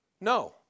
No